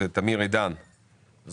מיטיבים ומשפים את אלה שבחרו להיות,